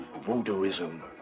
voodooism